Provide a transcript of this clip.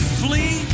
flee